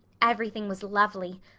everything was lovely.